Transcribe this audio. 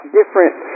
different